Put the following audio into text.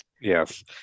yes